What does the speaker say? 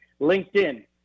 LinkedIn